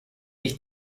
ich